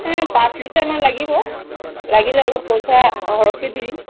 এই পাঁচ লিটাৰমান লাগিব লাগিলে অলপ পইচা সৰহকৈ দি দিম